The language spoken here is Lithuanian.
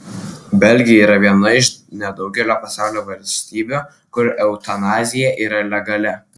belgija yra viena iš nedaugelio pasaulio valstybių kur eutanazija yra legali